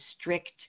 strict